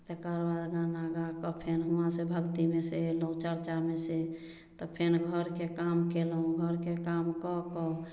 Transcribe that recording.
आ तकर बाद गाना गाकऽ फेर हुआँ से भक्तिमे से अयलहुॅं चर्चामे से तब फेर घरके काम केलहुॅं घरके काम कऽ कऽ